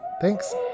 thanks